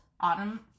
Autumn